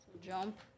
Jump